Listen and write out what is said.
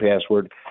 password